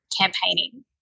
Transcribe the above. campaigning